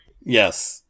Yes